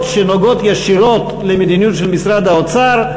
שנוגעות ישירות במדיניות של משרד האוצר,